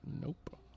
Nope